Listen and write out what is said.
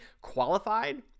qualified